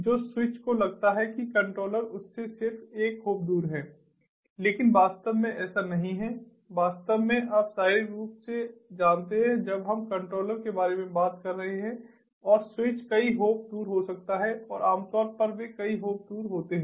तो स्विच को लगता है कि कंट्रोलर उससे सिर्फ एक hop दूर है लेकिन वास्तव में ऐसा नहीं है वास्तव में आप शारीरिक रूप से जानते हैं जब हम कंट्रोलर के बारे में बात कर रहे हैं और स्विच कई होप दूर हो सकता है और आमतौर पर वे कई होप दूर होते हैं